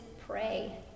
pray